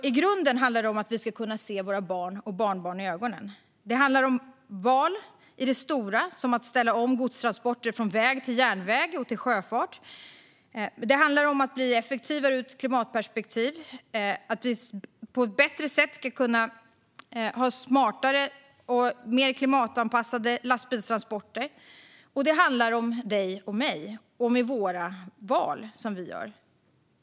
I grunden handlar det om att vi ska kunna se våra barn och barnbarn i ögonen. Det handlar om val i det stora, som att ställa om godstransporter från väg till järnväg och sjöfart. Det handlar om att bli effektivare ur ett klimatperspektiv, att vi på ett bättre sätt ska kunna ha smartare och mer klimatanpassade lastbilstransporter. Det handlar också om dig och mig och de val vi gör.